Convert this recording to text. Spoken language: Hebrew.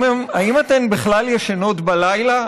האם אתן בכלל ישנות בלילה?